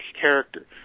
character